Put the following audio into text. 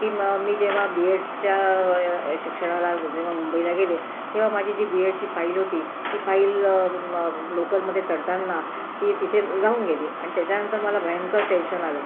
की मं मी जेव्हा बीएडच्या शिक्षणाला जेव्हा मुंबईला गेले तेव्हा माझी जी बीएडची फाईल होती ती फाईल लोकलमध्ये चढताना ती तिथे राहून गेली आणि त्याच्यानंतर मला भयंकर टेंशन आलं